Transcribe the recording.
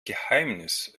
geheimnis